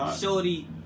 Shorty